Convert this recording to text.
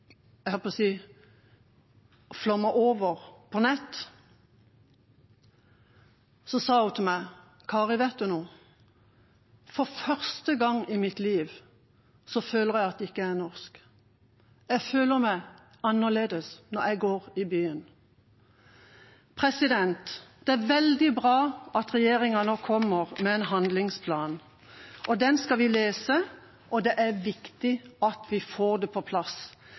jeg at jeg ikke er norsk. Jeg føler meg annerledes når jeg går i byen. Det er veldig bra at regjeringa nå kommer med en handlingsplan. Den skal vi lese, og det er viktig at vi får dette på plass.